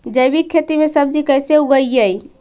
जैविक खेती में सब्जी कैसे उगइअई?